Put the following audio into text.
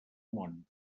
món